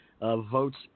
votes